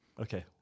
Okay